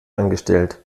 angestellt